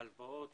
והלוואות